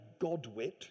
godwit